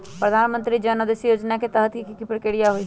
प्रधानमंत्री जन औषधि योजना के तहत की की प्रक्रिया होई?